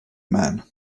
man